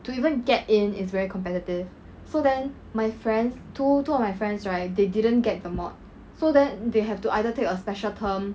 to even get in is very competitive so then my friends two two of my friends right they didn't get the mod so that they have to either take a special term